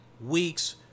weeks